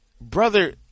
Brother